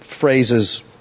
phrases